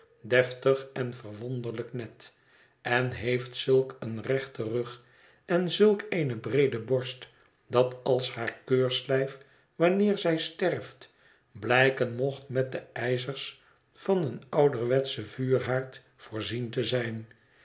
deftig en verwonderlijk net en heeft zulk een rechten rug en zulk eene breede borst dat als haar keurslijf wanneer zij sterft blijken mocht met de ijzers van een ouderwetschen vuurhaard voorzien te zijn